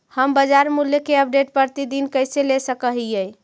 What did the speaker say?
हम बाजार मूल्य के अपडेट, प्रतिदिन कैसे ले सक हिय?